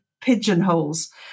pigeonholes